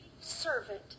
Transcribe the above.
servant